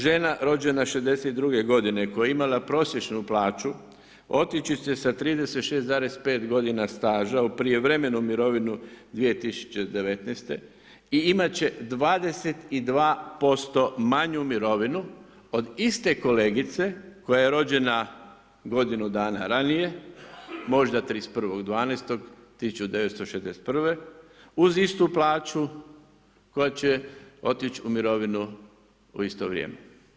Žena rođena 1962. godine koja je imala prosječnu plaću otići će sa 36,5 godina staža u prijevremenu mirovinu 2019. i imati će 22% manju mirovinu od iste kolegice koja je rođena godinu dana ranije, možda 31.12.1961. uz istu plaću, koja će otići u mirovinu u isto vrijeme.